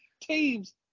teams